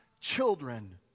children